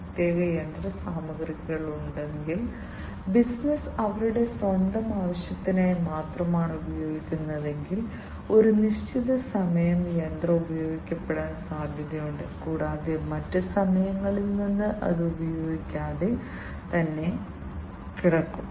അതിനാൽ വ്യാവസായിക നിയന്ത്രണം ഈ വ്യത്യസ്ത സാങ്കേതികവിദ്യകൾ വ്യത്യസ്ത സെൻസറുകൾ വ്യത്യസ്ത ആക്യുവേറ്ററുകൾ പിഎൽസിയുടെ SCADA എന്നിവയെ അടിസ്ഥാനമാക്കിയുള്ളതും മറ്റും ഉപയോഗിച്ച് ചെയ്യാനാകും കൂടാതെ വ്യത്യസ്ത സെൻസറുകളും ആക്യുവേറ്ററുകളും ഉപയോഗിക്കുന്നു